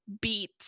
beat